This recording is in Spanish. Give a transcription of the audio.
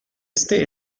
este